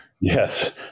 Yes